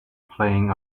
playing